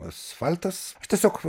asfaltas tiesiog